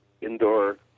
indoor